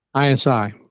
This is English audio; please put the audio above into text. ISI